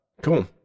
Cool